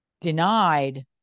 denied